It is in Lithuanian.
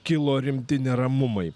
kilo rimti neramumai